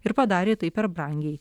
ir padarė tai per brangiai